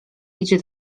idzie